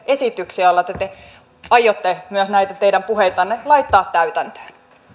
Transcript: esityksiä joilla te te aiotte näitä teidän puheitanne myös laittaa täytäntöön